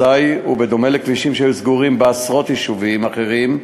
אזי בדומה לכבישים שהיו סגורים בעשרות יישובים אחרים,